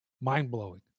Mind-blowing